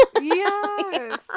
yes